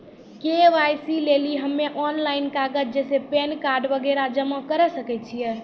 KYC लेली हम्मय online कागज जैसे पैन कार्ड वगैरह जमा करें सके छियै?